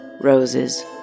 Roses